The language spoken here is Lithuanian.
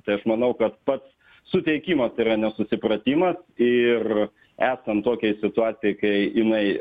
tai aš manau kad pats suteikimas yra nesusipratimas ir esant tokiai situacijai kai jinai